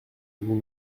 vous